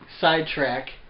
Sidetrack